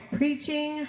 preaching